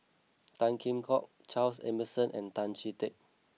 Tan Kheam Hock Charles Emmerson and Tan Chee Teck